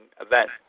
event